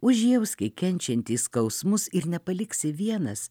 užjaus kai kenčiantys skausmus ir nepaliksi vienas